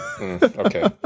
Okay